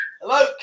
Hello